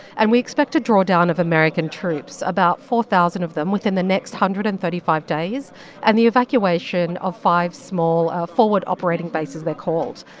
and we expect a drawdown of american troops, about four thousand of them within the next one hundred and thirty five days and the evacuation of five small forward operating bases, they're called.